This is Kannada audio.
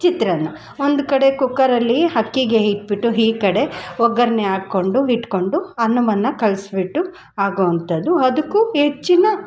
ಚಿತ್ರಾನ್ನ ಒಂದು ಕಡೆ ಕುಕ್ಕರಲ್ಲಿ ಅಕ್ಕಿಗೆ ಇಟ್ಬಿಟ್ಟು ಈ ಕಡೆ ಒಗ್ಗರಣೆ ಹಾಕ್ಕೊಂಡು ಇಟ್ಟುಕೊಂಡು ಅನ್ನವನ್ನು ಕಲ್ಸಿಬಿಟ್ಟು ಆಗೋವಂಥದ್ದು ಅದಕ್ಕೂ ಹೆಚ್ಚಿನ